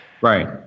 Right